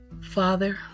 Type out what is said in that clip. Father